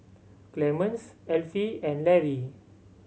Clemence Elfie and Larry